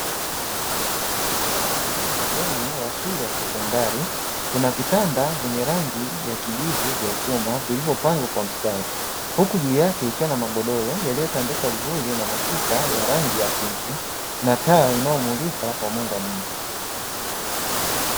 Ndani ya bweni la shule ya sekondari kuna vitanda vyenye rangi ya kijivu vya chuma vilivyopangwa kwa mstari, huku juu yake kukiwa na magodoro yaliyotandikwa vizuri na mashuka ya rangi ya pinki na taa inayomulika kwa mwanga mwingi.